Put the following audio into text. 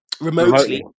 remotely